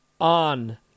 on